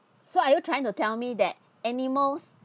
so are you trying to tell me that animals